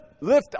lift